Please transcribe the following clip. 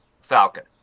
falcon